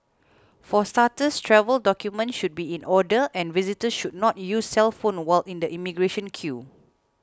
for starters travel documents should be in order and visitors should not use cellphones while in the immigration queue